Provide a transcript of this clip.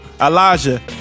Elijah